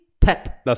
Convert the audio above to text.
Pep